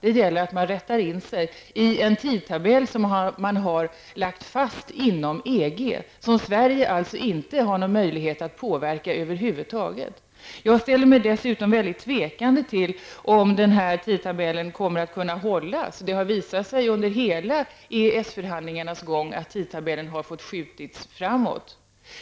Det gäller att rätta in sig efter en tidtabell som har lagts fast inom EG och som Sverige över huvud taget inte har någon möjlighet att påverka. Jag ställer mig dessutom mycket tvekande till om den här tidtabellen kommer att kunna hållas. Det har under EES-förhandlingarnas gång visat sig att tidtabellen har måst förskjutas framåt.